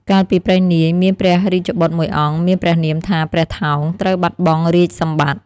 កាលពីព្រេងនាយ មានព្រះរាជបុត្រមួយអង្គមានព្រះនាមថា ព្រះថោង ត្រូវបាត់បង់រាជសម្បត្តិ។